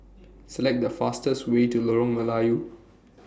Select The fastest Way to Lorong Melayu